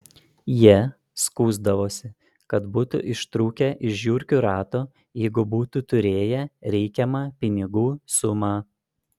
jie skųsdavosi kad būtų ištrūkę iš žiurkių rato jeigu būtų turėję reikiamą pinigų sumą